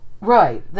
Right